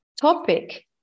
topic